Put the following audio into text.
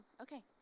okay